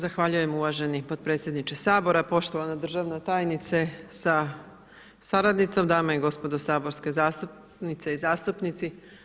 Zahvaljujem uvaženi potpredsjedniče Sabora, poštovana državna tajnice sa suradnicom, dame i gospodo saborske zastupnice i zastupnici.